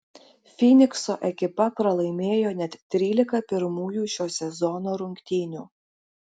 fynikso ekipa pralaimėjo net trylika pirmųjų šio sezono rungtynių